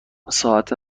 ساعت